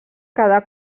quedà